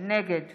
נגד